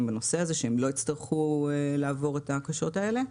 בנושא הזה שהם לא יצטרכו לעבור את ההקשות האלה.